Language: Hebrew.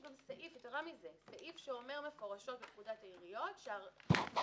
יתרה מזה יש סעיף שאומר מפורשות בפקודת העיריות שאם